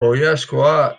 oilaskoa